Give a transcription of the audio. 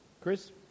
Chris